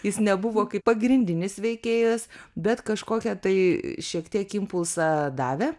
jis nebuvo kaip pagrindinis veikėjas bet kažkokia tai šiek tiek impulsą davė